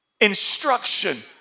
instruction